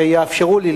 שיאפשרו לי,